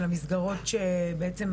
של המסגרות שבעצם,